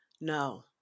No